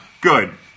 Good